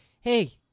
Hey